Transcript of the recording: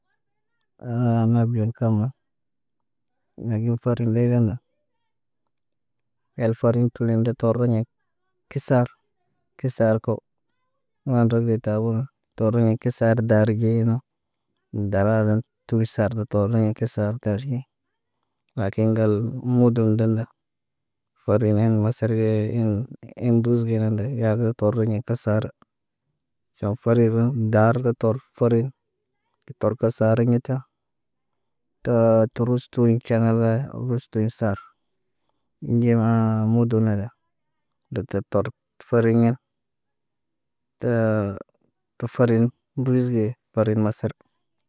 mab ɟel kama. Lakin fari ndeegama. El farin tulendo toroɲe. Kisar, kisar ko. Maambəro detabo. Toriɲa ki saad daarigeen. Darazan tu sardo togoɲ ki sar tarɟi. Lakin, ngal muudu ndaŋga. Farin en masar ge in ruz genan ndə yaagə torine kə sar. Ʃafarigin daar da tarfarin. Tar ko sar ɲita təə tərustum caŋgala, gustum sar. Nɟemaa mudun naga, deb ga tar foriɲa. Təə tə foriɲ nduz be farin masar.